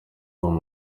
wabo